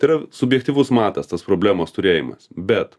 tai yra subjektyvus matas tos problemos turėjimas bet